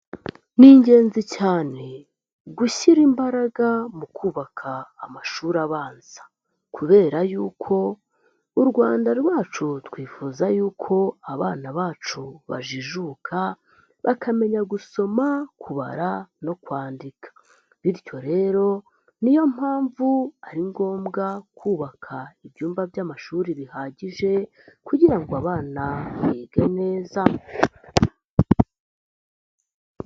Ni ingenzi cyane gushyira imbaraga mu kubaka amashuri abanza, kubera yuko u Rwanda rwacu twifuza yuko abana bacu bajijuka, bakamenya gusoma, kubara no kwandika. Bityo rero, niyo mpamvu ari ngombwa kubaka ibyumba by'amashuri bihagije, kugira ngo abana bige neza.